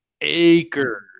acres